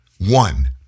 One